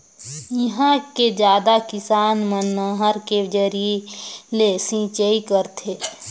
इहां के जादा किसान मन नहर के जरिए ले सिंचई करथे